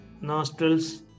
nostrils